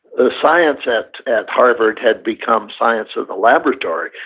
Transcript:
the science at at harvard had become science of the laboratory,